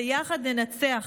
ביחד ננצח",